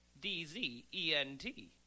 D-Z-E-N-T